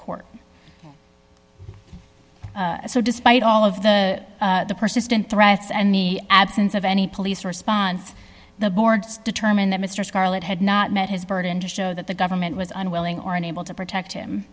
court so despite all of the persistent threats and the absence of any police response the board's determined that mr scarlett had not met his burden to show that the government was unwilling or unable to protect him